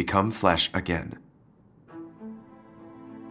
become flash again